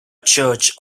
church